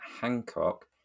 Hancock